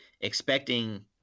expecting